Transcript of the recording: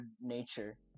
nature